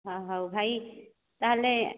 ହଁ ହଉ ଭାଇ ତା'ହେଲେ